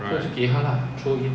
right